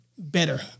better